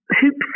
hoops